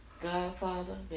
Godfather